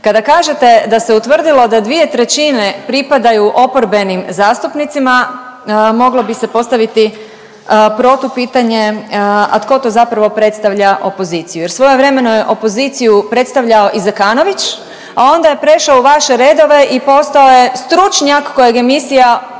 Kada kažete da se utvrdilo da 2/3 pripadaju oporbenim zastupnicima, moglo bi se postaviti protupitanje, a tko to zapravo predstavlja opoziciju. Jer svojevremeno je opoziciju predstavljao i Zekanović, a onda je prešao u vaše redove i postao je stručnjak kojeg emisija